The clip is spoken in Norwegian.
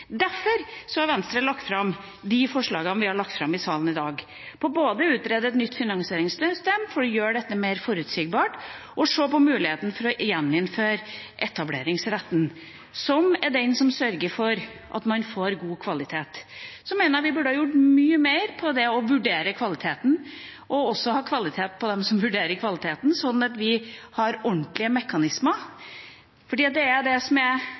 har Venstre lagt fram de forslagene vi har lagt fram i salen i dag, både når det gjelder å utrede et nytt finansieringssystem for å gjøre dette mer forutsigbart, og når det gjelder å se på muligheten for å gjeninnføre etableringsretten, som er den som sørger for at man får god kvalitet. Så mener jeg vi burde ha gjort mye mer for å vurdere kvaliteten – og også ha kvalitet på dem som vurderer kvaliteten, slik at vi har ordentlige mekanismer. For det som er det